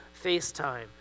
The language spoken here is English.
FaceTime